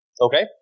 Okay